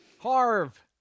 harv